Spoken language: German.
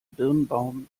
birnbaum